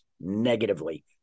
negatively